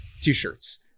T-shirts